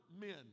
men